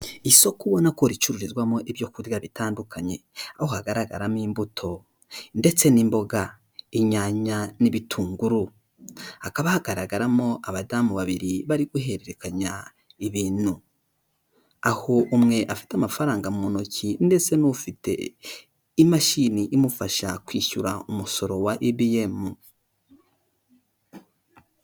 Isoko kubona ko ricururizwamo ibyo kurya bitandukanye, aho hagaragaramo imbuto ndetse n'imboga, inyanya n'ibitunguru ,hakaba hagaragaramo abadamu babiri bari guhererekanya ibintu, aho umwe afite amafaranga mu ntoki ndetse n'ufite imashini imufasha kwishyura umusoro wa Ibiyemu.